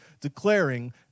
declaring